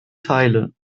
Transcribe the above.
teile